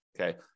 Okay